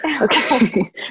okay